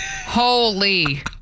Holy